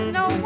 no